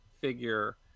figure